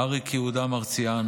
אריק יהודה מרציאנו,